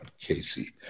Casey